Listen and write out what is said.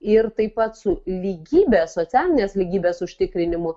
ir taip pat su lygybe socialinės lygybės užtikrinimu